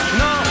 no